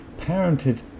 parented